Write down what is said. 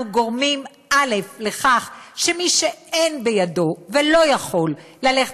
אנחנו גורמים לכך שמי שאין בידו ולא יכול ללכת